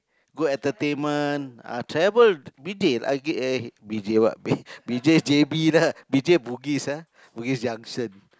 good entertainment ah travel I get eh B_J what B_J J_B lah B_J Bugis ah Bugis-Junction